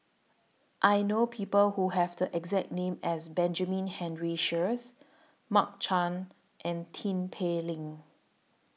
I know People Who Have The exact name as Benjamin Henry Sheares Mark Chan and Tin Pei Ling